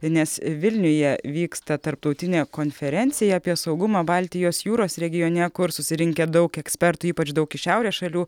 nes vilniuje vyksta tarptautinė konferencija apie saugumą baltijos jūros regione kur susirinkę daug ekspertų ypač daug iš šiaurės šalių